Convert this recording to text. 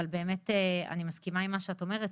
אבל באמת אני מסכימה עם מה שאת אומרת,